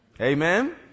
Amen